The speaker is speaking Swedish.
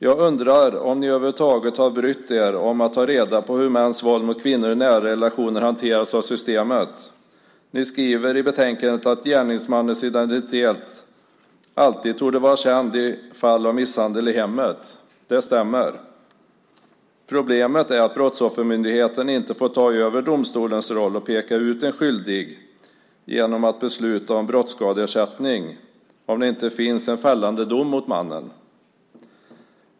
Jag undrar om ni över huvud taget har brytt er om att ta reda på hur mäns våld mot kvinnor i nära relationer hanteras av systemet. Ni skriver i betänkandet att gärningsmannens identitet alltid torde vara känd i fall av misshandel i hemmet. Det stämmer. Problemet är att Brottsoffermyndigheten inte får ta över domstolens roll och peka ut en skyldig genom att besluta om brottsskadeersättning om det inte finns en fällande dom mot mannen.